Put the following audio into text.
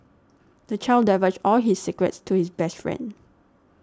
the child divulged all his secrets to his best friend